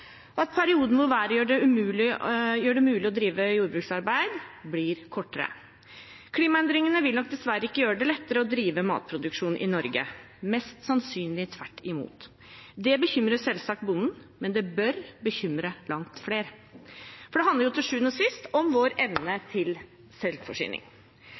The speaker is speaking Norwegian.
og at perioden da været gjør det mulig å drive jordbruksarbeid, blir kortere. Klimaendringene vil nok dessverre ikke gjøre det lettere å drive med matproduksjon i Norge, mest sannsynlig tvert imot. Det bekymrer selvsagt bonden, men det bør bekymre langt flere, for det handler til sjuende og sist om vår evne til selvforsyning.